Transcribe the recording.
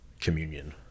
communion